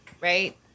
right